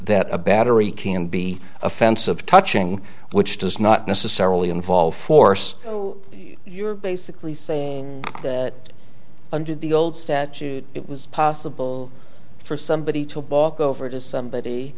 that a battery can be offensive touching which does not necessarily involve force you're basically saying that under the old statute it was possible for somebody to walk over to somebody